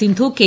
Sindhu K